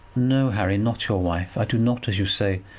no, harry not your wife. i do not, as you say,